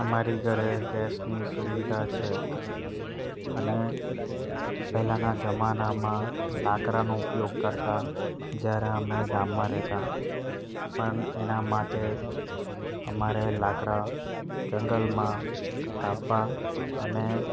અમારી ઘરે ગેસની સુવિધા છે અને પહેલાંના જમાનામાં લાકડાંનો ઉપયોગ કરતાં જ્યારે અમે ગામમાં રહેતા પણ એના માટે અમારે લાકડાં જંગલમાં કાપવા અને